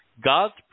God's